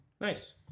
Nice